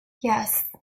yes